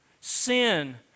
sin